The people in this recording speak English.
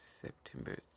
September